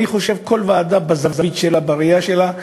אני חושב שכל ועדה בזווית שלה, בראייה שלה,